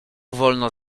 wolno